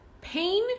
pain